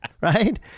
Right